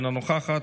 אינו נוכח,